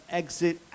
exit